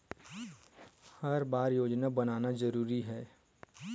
हर बार योजना बनाना जरूरी है?